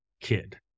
kid